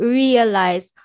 realize